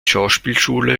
schauspielschule